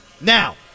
Now